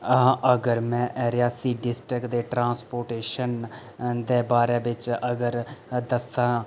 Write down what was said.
अगर मैं रेयासी डिस्टिक दे ट्रांसपोटेशन दे बारै बिच्च अगर दस्सां